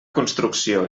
construcció